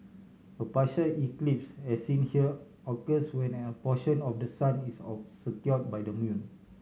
a partial eclipse as seen here occurs when a portion of the sun is obscured by the moon